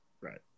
Right